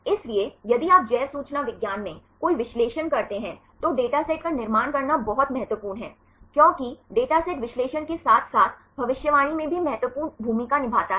इसलिए यदि आप जैव सूचना विज्ञान में कोई विश्लेषण करते हैं तो डेटासेट का निर्माण करना बहुत महत्वपूर्ण है क्योंकि डेटासेट विश्लेषण के साथ साथ भविष्यवाणी में भी महत्वपूर्ण भूमिका निभाता है